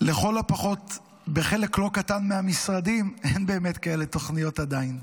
שלכל הפחות בחלק לא קטן מהמשרדים אין באמת תוכניות כאלה עדיין.